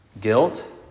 Guilt